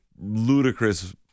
ludicrous